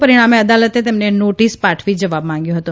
પરિણામે અદાલતે તેમને નોટીસ પાઠવી જવાબ માંગ્યો હતો